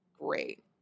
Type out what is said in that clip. great